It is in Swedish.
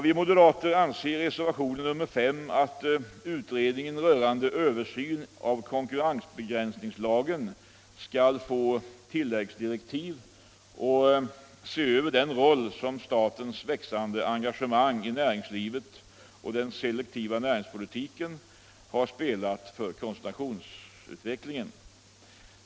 Vi moderater anser i reservationen 5 att utredningen rörande översyn av konkurrensbegränsningslagen skall få tilläggsdirektiv att se över den roll som statens växande engagemang i näringslivet och den selektiva näringspolitiken har spelat för koncentrationsutvecklingen.